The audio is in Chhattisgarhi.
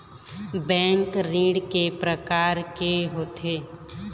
बैंक ऋण के प्रकार के होथे?